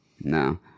No